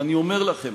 ואני אומר לכם,